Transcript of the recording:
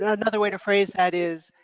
and another way to phrase that is,